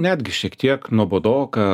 netgi šiek tiek nuobodoka